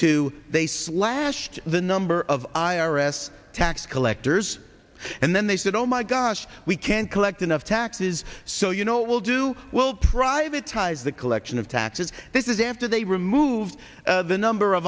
to they slashed the number of i r s tax collectors and then they said oh my gosh we can't collect enough taxes so you know we'll do we'll privatized the collection of taxes this is after they removed the number of